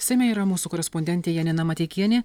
seime yra mūsų korespondentė janina mateikienė